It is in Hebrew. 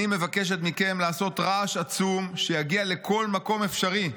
"אני מבקשת מכם לעשות רעש עצום שיגיע לכל מקום אפשרי,